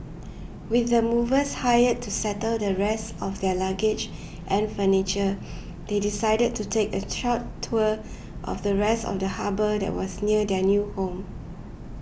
with the movers hired to settle the rest of their luggage and furniture they decided to take a short tour of the rest of the harbour that was near their new home